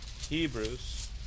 Hebrews